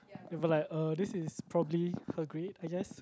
you'll be like uh this is probably her grade I guess